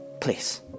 Please